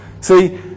See